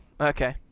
okay